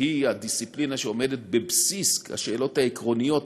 שהיא הדיסציפלינה שעומדת בבסיס השאלות העקרוניות,